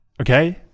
Okay